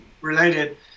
related